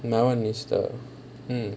my [one] is the